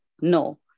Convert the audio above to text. no